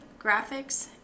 graphics